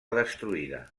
destruïda